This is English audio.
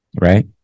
Right